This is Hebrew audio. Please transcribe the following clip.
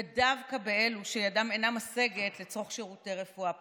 ודווקא באלו שידם אינה משגת לצרוך שירותי רפואה פרטיים.